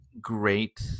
great